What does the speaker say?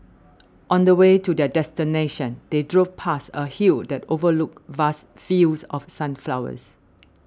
on the way to their destination they drove past a hill that overlooked vast fields of sunflowers